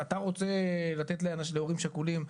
אם אתה רוצה לתת להורים שכולים,